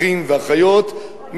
אחים ואחיות,